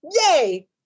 Yay